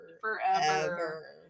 forever